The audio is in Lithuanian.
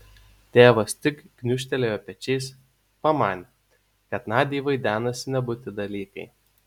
tėvas tik gūžtelėjo pečiais pamanė kad nadiai vaidenasi nebūti dalykai